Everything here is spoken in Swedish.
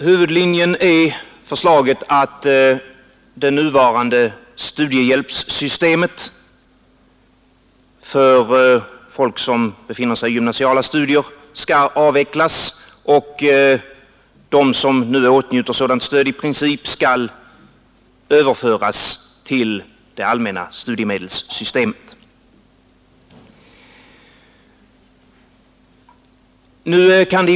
Huvudlinjen är förslaget att det nuvarande studiehjälpssystemet för folk som bedriver gymnasiala studier skall avvecklas och att de som nu åtnjuter sådant stöd i princip skall överföras till det allmänna studiemedelssystemet.